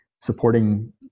supporting